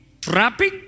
trapping